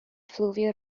fluvial